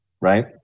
Right